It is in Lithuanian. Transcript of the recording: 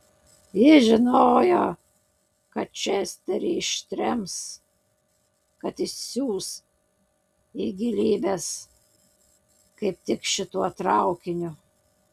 jis žinojo kad česterį ištrems kad išsiųs į gilybes kaip tik šituo traukiniu